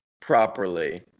properly